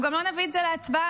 אנחנו לא נביא את זה להצבעה.